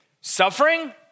Suffering